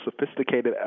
sophisticated